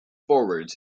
forwards